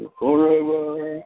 forever